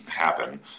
happen